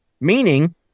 Meaning